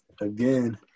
again